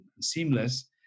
seamless